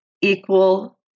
equal